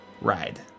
ride